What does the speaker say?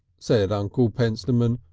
said uncle pentstemon,